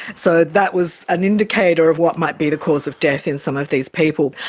so that was an indicator of what might be the cause of death in some of these people.